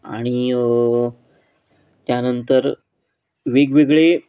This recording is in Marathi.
आणि त्यानंतर वेगवेगळे